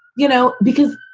you know, because,